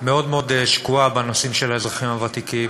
מאוד מאוד שקועה בנושאים של האזרחים הוותיקים,